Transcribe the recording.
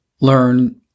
Learn